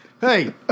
Hey